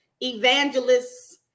evangelists